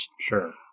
Sure